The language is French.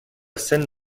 scène